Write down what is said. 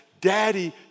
daddy